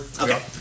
okay